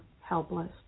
helpless